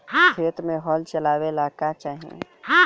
खेत मे हल चलावेला का चाही?